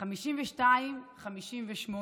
52:58,